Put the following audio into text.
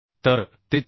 तर ते 74